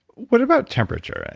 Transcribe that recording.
what about temperature?